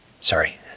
Sorry